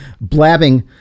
blabbing